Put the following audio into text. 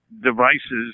devices